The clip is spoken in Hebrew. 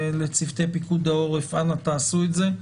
ולצוותי פיקוד העורף, אנא תעשו את זה.